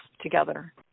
together